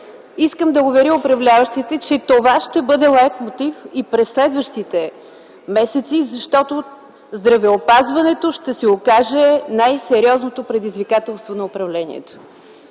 Искам да уверя управляващите, че това ще бъде лайт мотив и през следващите месеци, защото здравеопазването ще се окаже най-сериозното предизвикателство на управлението.